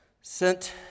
sent